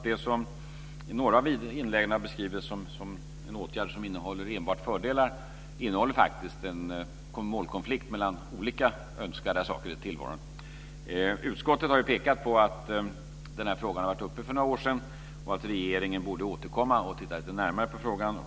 Det som i några av inläggen har beskrivits som en åtgärd som innehåller enbart fördelar innehåller faktiskt en målkonflikt mellan olika önskade saker i tillvaron. Utskottet har pekat på att den här frågan har varit uppe för några år sedan och att regeringen borde återkomma och titta lite närmare på den.